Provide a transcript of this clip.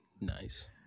Nice